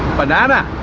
banana!